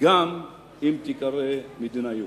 גם אם היא תיקרא מדינה יהודית.